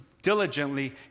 diligently